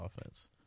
offense